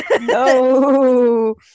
no